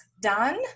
done